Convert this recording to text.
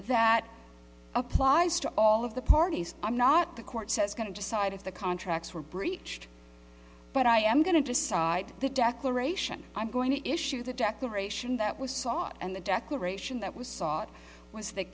that applies to all of the parties i'm not the court says going to decide if the contracts were breached but i am going to decide the declaration i'm going to issue the declaration that was sought and the declaration that was sought was th